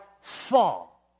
fall